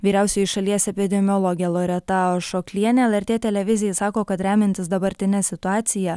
vyriausioji šalies epidemiologė loreta ašoklienė lrt televizijai sako kad remiantis dabartine situacija